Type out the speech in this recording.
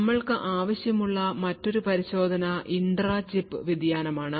നമ്മൾക്കു ആവശ്യമുള്ള മറ്റൊരു പരിശോധന ഇൻട്രാ ചിപ്പ് വ്യതിയാനമാണ്